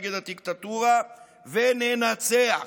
וננצח.